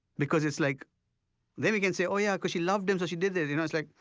because it's like then you can say, oh yeah, cause she loves him so she did this you know it's like,